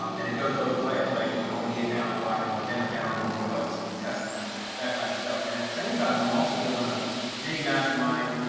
um and it goes both ways, right? he can hold me accountable, i can hold him accountable and will help us to test and that kind of stuff. and at the same time, i'm also doing a mini mastermind,